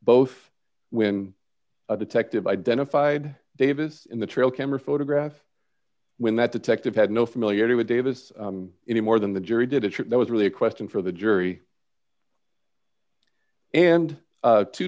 both when a detective identified davis in the trail camera photograph when that detective had no familiarity with davis any more than the jury did a trick that was really a question for the jury and